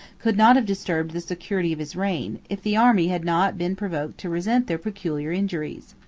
could not have disturbed the security of his reign, if the army had not been provoked to resent their peculiar injuries.